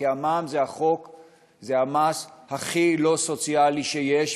כי המע"מ זה המס הכי לא סוציאלי שיש,